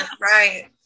Right